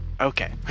Okay